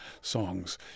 songs